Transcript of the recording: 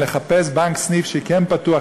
לחפש סניף בנק שכן פתוח,